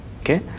okay